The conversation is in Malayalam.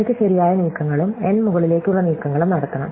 എനിക്ക് ശരിയായ നീക്കങ്ങളും n മുകളിലേക്കുള്ള നീക്കങ്ങളും നടത്തണം